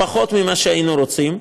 פחות ממה שהיינו רוצים.